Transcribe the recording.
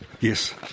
Yes